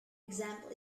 example